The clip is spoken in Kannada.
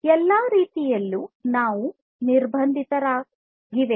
ಎಲ್ಲಾ ರೀತಿಯಲ್ಲೂ ಇವು ನಿರ್ಬಂಧಗಳಾಗಿವೆ